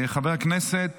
חבר הכנסת